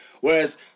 Whereas